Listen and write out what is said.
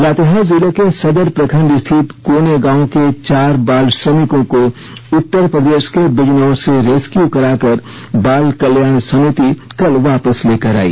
लातेहार जिले के सदर प्रखंड स्थित कोने गांव के चार बाल श्रमिकों को उत्तर प्रदेश के बिजनौर से रेस्क्यू कराकर बाल कल्याण समिति कल वापस लेकर आई